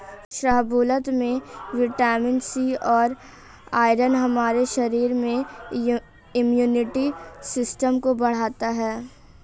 शाहबलूत में vitamin C और आयरन हमारे शरीर में इम्युनिटी सिस्टम को बढ़ता है